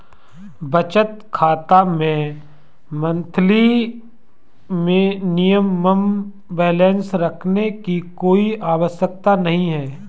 बचत खाता में मंथली मिनिमम बैलेंस रखने की कोई आवश्यकता नहीं है